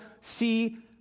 see